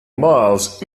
miles